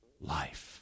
life